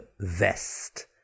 vest